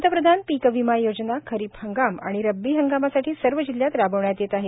पंतप्रधान पीक विमा योजना खरीप हंगाम आणि रब्बी हंगामासाठी सर्व जिल्हयात राबविण्यात येत आहे